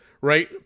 right